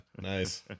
nice